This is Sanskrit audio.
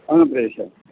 अहं प्रेषयामि